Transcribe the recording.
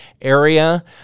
area